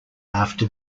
after